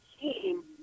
team